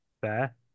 Fair